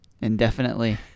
indefinitely